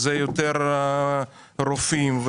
יותר רופאים,